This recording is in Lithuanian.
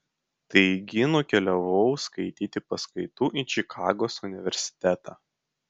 taigi nukeliavau skaityti paskaitų į čikagos universitetą